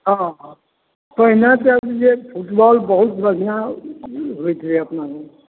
हॅं हॅं पहिने सँ भी जे भी फुटबॉल बहुत बढ़िऑं होइत रहै अपनामे